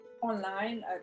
online